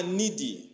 needy